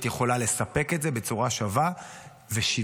יכולה לספק את זה בצורה שווה ושוויונית?